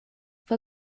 fue